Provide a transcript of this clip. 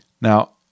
Now